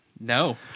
No